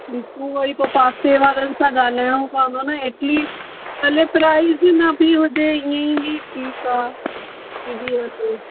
ॾिसो वरी पोइ पासे वारनि सां ॻाल्हाइणो पोवंदो न एटलीस्ट भले प्राइज़ न बि हुजे इअंई बि ठीकु आहे ॾिसी वठि